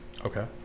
Okay